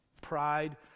pride